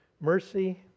mercy